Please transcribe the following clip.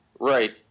Right